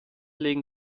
legen